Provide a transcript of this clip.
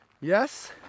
yes